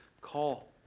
call